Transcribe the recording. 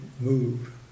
move